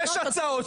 יש הצעות,